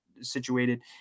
situated